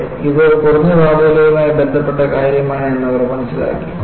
അതെ ഇത് കുറഞ്ഞ താപനിലയുമായി ബന്ധപ്പെട്ട കാര്യമാണ് എന്ന് അവർ മനസ്സിലാക്കി